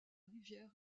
rivière